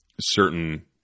certain